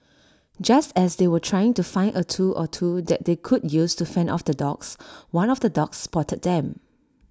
just as they were trying to find A tool or two that they could use to fend off the dogs one of the dogs spotted them